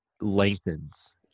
lengthens